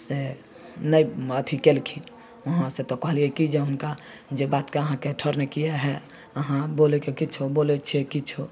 से नहि अथी केलखिन अहाँ से तऽ कहलिए कि जे हुनका जे बातके अहाँके ठौर नहि किएक हइ अहाँ बोलैके किछु बोलै छिए किछु